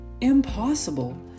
impossible